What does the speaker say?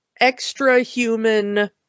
extra-human